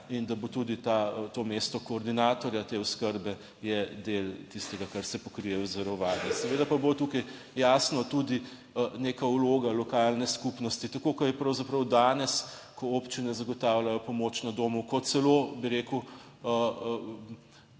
in da bo tudi to mesto koordinatorja te oskrbe je del tistega, kar se pokrijejo od zavarovanja. Seveda pa bo tukaj jasno tudi neka vloga lokalne skupnosti, tako kot je pravzaprav danes, ko občine zagotavljajo pomoč na domu, ko celo, bi rekel